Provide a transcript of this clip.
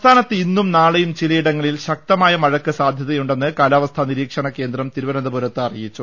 സംസ്ഥാനത്ത് ഇന്നും നാളെയും ചിലയിടങ്ങളിൽ ശക്തമായ മഴക്ക് സാധൃതയുണ്ടെന്ന് കാലാവസ്ഥാ നിരീക്ഷണ കേന്ദ്രം തിരുവനന്തപുരത്ത് അറിയിച്ചു